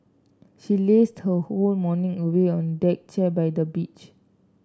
she lazed her whole morning away on deck chair by the beach